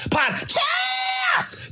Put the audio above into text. Podcast